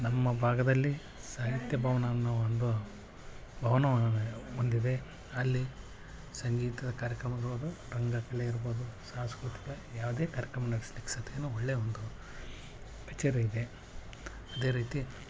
ನಮ್ಮ ಭಾಗದಲ್ಲಿ ಸಾಹಿತ್ಯ ಭವನ ಅನ್ನೋ ಒಂದು ಭವನವನ್ನು ಹೊಂದಿದೆ ಅಲ್ಲಿ ಸಂಗೀತದ ಕಾರ್ಯಕ್ರಮ ಇರ್ಬೋದು ರಂಗಕಲೆ ಇರ್ಬೋದು ಸಾಂಸ್ಕೃತಿಕ ಯಾವುದೇ ಕಾರ್ಯಕ್ರಮ ನಡೆಸ್ಲಿಕ್ಕೆ ಸಾಧ್ಯನೋ ಒಳ್ಳೆಯ ಒಂದು ಕಚೇರಿಯಿದೆ ಅದೇ ರೀತಿ